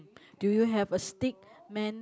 do you have a stickman